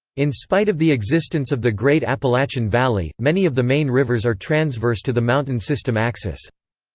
in spite of the existence of the great appalachian valley, many of the main rivers are transverse to the mountain system axis.